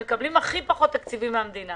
שמקבלים הכי פחות תקציבים מהמדינה